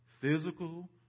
physical